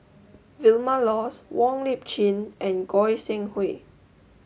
Vilma Laus Wong Lip Chin and Goi Seng Hui